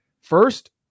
First